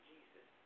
Jesus